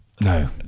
No